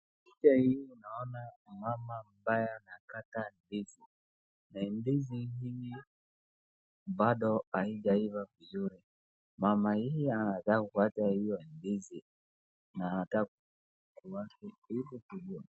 Picha hii naona mama ambaye anakata ndizi. Na ndizi hii bado haijaiva vizuri. Mama huyu anataka kukata hiyo ndizi na anataka kukata ili kuila.